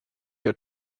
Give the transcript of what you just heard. your